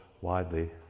widely